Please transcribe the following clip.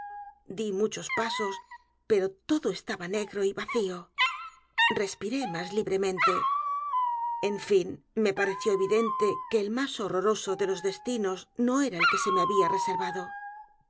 di muchos pasos pero todo estaba negro y vacío respiré más libremente en fin me pareció evidente que el más horroroso de los destinos no era el que se me había reservado